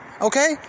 Okay